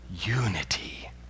unity